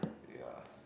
yeah